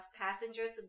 passengers